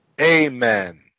Amen